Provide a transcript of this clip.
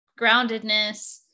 groundedness